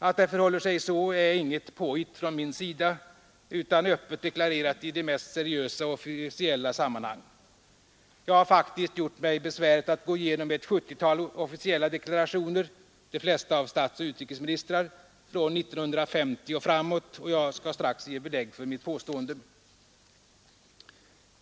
Att det förhåller sig så är inget påhitt från min sida utan öppet deklarerat i de mest seriösa och officiella sammanhang. Jag har faktiskt gjort mig besväret att gå igenom ett 70-tal officiella deklarationer — de flesta av statsoch utrikesministrar — från 1950 och framåt, och jag skall strax ge belägg för mitt påstående.